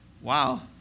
Wow